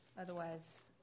otherwise